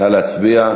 נא להצביע.